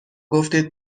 گفتید